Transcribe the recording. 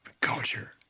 culture